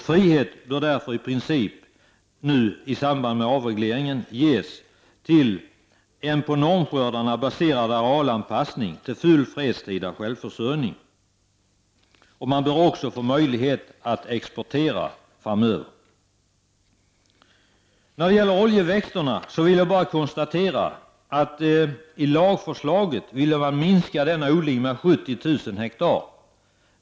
Frihet bör därför nu i samband med avregleringen ges till en på normskördarna baserad arealanpassning till full fredstida självförsörjning. Man bör också få möjlighet att exportera framöver. När det gäller oljeväxterna vill jag bara göra den kommentaren att i lagförslaget ville man minska odlingen av sådana växter med 70 000 hektar.